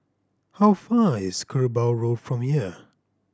how far is Kerbau Road from here